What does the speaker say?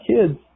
kids